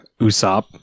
Usopp